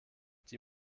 die